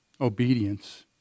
Obedience